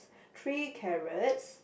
three carrots